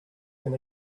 and